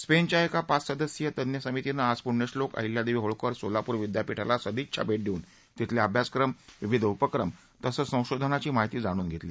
स्पेनच्या एका पाच सदस्यीय तज्ञ समितीनं आज पुण्यश्लोक अहिल्यादेवी होळकर सोलापूर विद्यापीठाला सदिच्छा भेट देऊन तिथले अभ्यासक्रम विविध उपक्रम तसंघ संशोधनाची माहिती जाणून घेतली